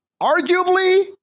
Arguably